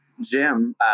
Jim